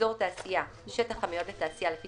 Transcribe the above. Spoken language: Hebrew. "אזור תעשייה" שטח המיועד לתעשייה לפי